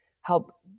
help